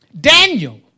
Daniel